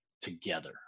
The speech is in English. together